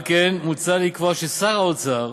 על כן מוצע לקבוע ששר האוצר,